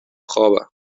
خوابم